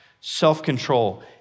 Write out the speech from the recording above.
self-control